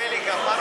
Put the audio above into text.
כפרה